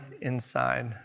inside